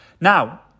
Now